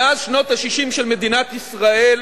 מאז שנות ה-60 של מדינת ישראל,